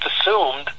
assumed